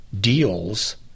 deals